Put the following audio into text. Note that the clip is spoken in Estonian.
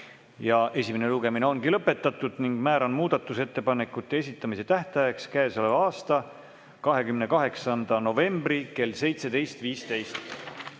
ja esimene lugemine ongi lõpetatud. Määran muudatusettepanekute esitamise tähtajaks käesoleva aasta 28. novembri kell 17.15.